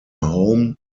home